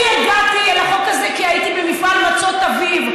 אני הגעתי אל החוק הזה כי הייתי במפעל מצות אביב,